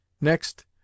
Next